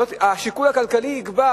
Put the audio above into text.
ללא ספק, השיקול הכלכלי יגבר